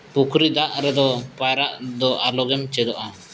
ᱯᱩᱠᱷᱨᱤ ᱫᱟᱜ ᱨᱮᱫᱚ ᱯᱟᱭᱨᱟᱜ ᱫᱚ ᱟᱞᱚᱜᱮᱢ ᱪᱮᱫᱚᱜᱼᱟ